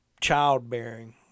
childbearing